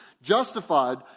justified